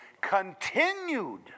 Continued